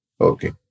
Okay